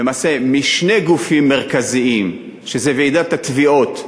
למעשה, בשני גופים מרכזיים, שזה ועידת התביעות,